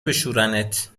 بشورنت